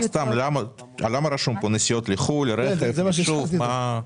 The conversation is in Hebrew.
למה כתוב פה: נסיעות לחו"ל, רכב, רכב?